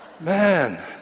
man